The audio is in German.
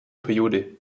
periode